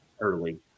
early